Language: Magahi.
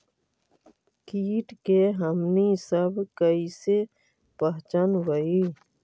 किट के हमनी सब कईसे पहचनबई?